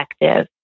effective